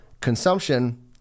consumption